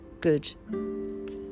good